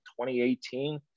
2018